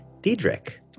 Diedrich